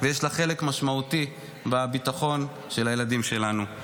ויש לך חלק משמעותי בביטחון של הילדים שלנו.